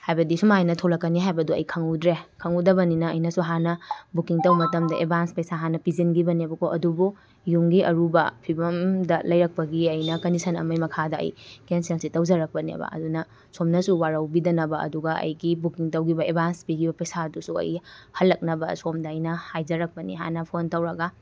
ꯍꯥꯏꯕꯗꯤ ꯁꯨꯃꯥꯏꯅ ꯊꯣꯛꯂꯛꯀꯅꯤ ꯍꯥꯏꯕꯗꯨ ꯑꯩ ꯈꯪꯉꯨꯗ꯭ꯔꯦ ꯈꯪꯉꯨꯗꯕꯅꯤꯅ ꯑꯩꯅꯁꯨ ꯍꯥꯟꯅ ꯕꯨꯀꯤꯡ ꯇꯧꯕ ꯃꯇꯝꯗ ꯑꯦꯗꯚꯥꯟꯁ ꯄꯩꯁꯥ ꯄꯤꯁꯤꯟꯈꯤꯕꯅꯦꯕꯀꯣ ꯑꯗꯨꯕꯨ ꯌꯨꯝꯒꯤ ꯑꯔꯨꯕ ꯐꯤꯕꯝꯗ ꯂꯩꯔꯛꯄꯒꯤ ꯑꯩꯅ ꯀꯟꯗꯤꯁꯟ ꯑꯝꯒꯤ ꯃꯈꯥꯗ ꯑꯩ ꯀꯦꯟꯁꯦꯜꯁꯤ ꯇꯧꯖꯔꯛꯄꯅꯦꯕ ꯑꯗꯨꯅ ꯁꯣꯝꯅꯁꯨ ꯋꯥꯔꯧꯕꯤꯗꯅꯕ ꯑꯗꯨꯒ ꯑꯩꯒꯤ ꯕꯨꯀꯤꯡ ꯇꯧꯈꯤꯕ ꯑꯦꯗꯚꯥꯟꯁ ꯄꯤꯈꯤꯕ ꯄꯩꯁꯥꯗꯨꯁꯨ ꯑꯩꯅ ꯍꯜꯂꯛꯅꯕ ꯑꯁꯣꯝꯗ ꯑꯩꯅ ꯍꯥꯏꯖꯔꯛꯄꯅꯤ ꯍꯥꯟꯅ ꯐꯣꯟ ꯇꯧꯔꯒ